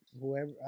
whoever